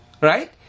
right